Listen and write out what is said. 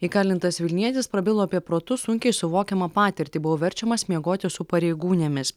įkalintas vilnietis prabilo apie protu sunkiai suvokiamą patirtį buvo verčiamas miegoti su pareigūnėmis